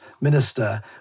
minister